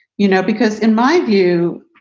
you know, because in my view,